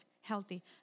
healthy